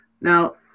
Now